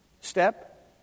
Step